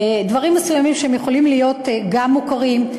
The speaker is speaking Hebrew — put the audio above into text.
דברים מסוימים שיכולים להיות גם מוכרים,